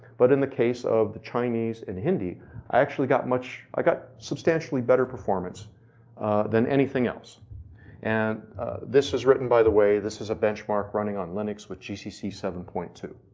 but in the case of chinese and hindi, i actually got much, i got substantially better performance than anything else and this is written by the way, this is a benchmark running on linux with gcc seven point two.